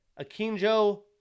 Akinjo